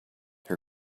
her